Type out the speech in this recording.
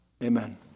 Amen